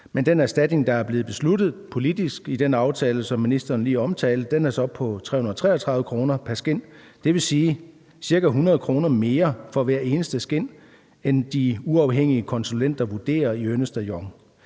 at den erstatning, der er blevet besluttet politisk i den aftale, som ministeren lige omtalte, så er på 333 kr. pr. skind. Det vil sige, at det er ca. 100 kr. mere for hvert eneste skind, end de uafhængige konsulenter i Ernst & Young